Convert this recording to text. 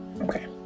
okay